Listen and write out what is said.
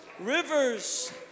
Rivers